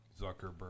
Zuckerberg